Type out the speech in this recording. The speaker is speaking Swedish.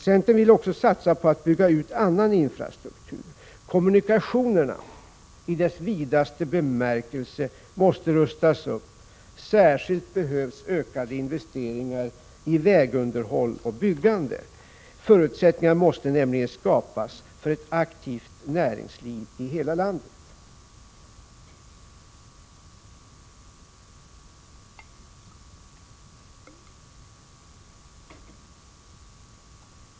Centern vill också satsa på att bygga ut annan infrastruktur. Kommunikationerna, i ordets vidaste bemärkelse, måste rustas upp. Särskilt behövs ökade investeringar i vägunderhåll och byggande. Förutsättningar måste nämligen skapas för ett aktivt näringsliv i hela landet.